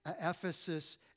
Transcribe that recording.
Ephesus